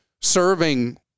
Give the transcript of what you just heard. serving